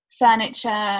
furniture